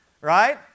right